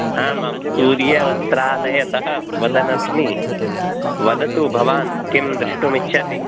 आमां सूर्यवस्त्रालयतः वदनस्मि वदतु भवान् किं द्रष्टुमिच्छति